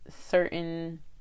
certain